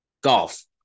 golf